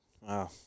Wow